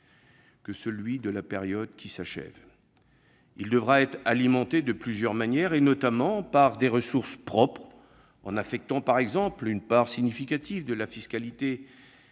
que celui de la période qui s'achève. Il devra être alimenté de plusieurs manières. Tout d'abord, par des ressources propres en lui affectant, par exemple, une part significative de la fiscalité